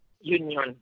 union